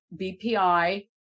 BPI